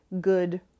good